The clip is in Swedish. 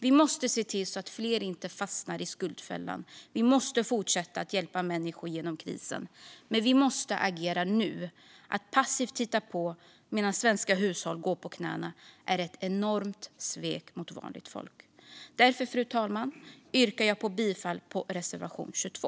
Vi måste se till att fler inte fastnar i skuldfällan, och vi måste fortsätta att hjälpa människor genom krisen. Men vi måste agera nu. Att passivt titta på medan svenska hushåll går på knäna är ett enormt svek mot vanligt folk. Fru talman! Jag yrkar bifall till reservation 22.